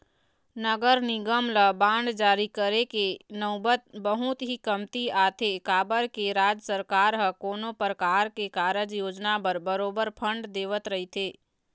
नगर निगम ल बांड जारी करे के नउबत बहुत ही कमती आथे काबर के राज सरकार ह कोनो परकार के कारज योजना बर बरोबर फंड देवत रहिथे